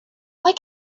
why